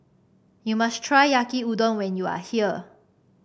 you must try Yaki Udon when you are here